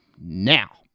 Now